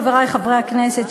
חברי חברי כנסת,